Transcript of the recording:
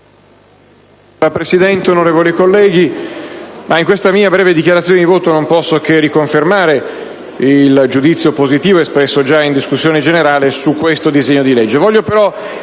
Signora Presidente, onorevoli colleghi, in questa mia breve dichiarazione di voto non posso che confermare il giudizio positivo espresso già in discussione generale su questo disegno di legge.